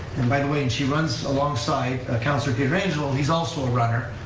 and by the way, and she runs alongside councilor pietrangelo, he's also a runner,